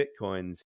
Bitcoins